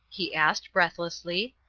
he asked, breathlessly.